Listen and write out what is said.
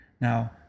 Now